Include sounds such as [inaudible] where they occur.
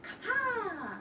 [noise]